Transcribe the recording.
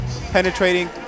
penetrating